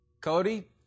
Cody